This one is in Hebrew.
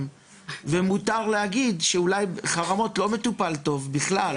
ומותר להגיד שאולי חרמות לא מטופל טוב בכלל.